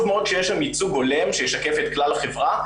מאוד שיהיה שם ייצוג הולם שישקף את כלל החברה,